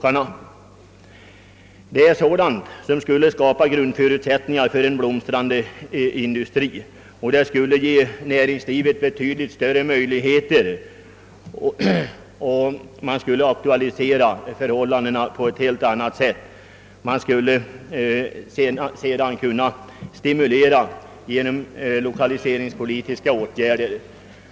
Dylika åtgärder skulle, om de vidtogs, skapa förutsättningar för en blomstrande industri och ge näringslivet i orten helt andra möjligheter. Man skulle sedan kunna stimulera utvecklingen genom lokaliseringspolitiska åtgärder.